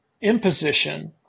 imposition